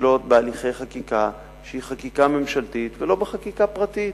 לשלוט בהליכי חקיקה שהיא חקיקה ממשלתית ולא בחקיקה פרטית,